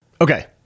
Okay